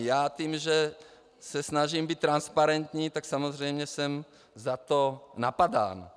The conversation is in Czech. Já tím, že se snažím být transparentní, tak samozřejmě jsem za to napadán.